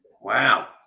Wow